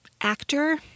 actor